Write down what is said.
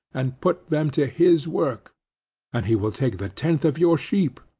and put them to his work and he will take the tenth of your sheep,